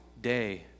day